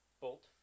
Bolt